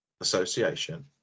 association